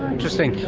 interesting.